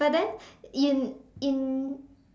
but then in in